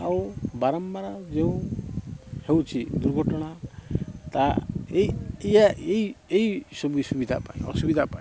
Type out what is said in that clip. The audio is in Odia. ଆଉ ବାରମ୍ବାର ଯେଉଁ ହେଉଛି ଦୁର୍ଘଟଣା ତା ଏଇ ଏଇଆ ଏଇ ଏଇ ସୁବି ସୁବିଧା ପାଇଁ ଅସୁବିଧା ପାଇଁ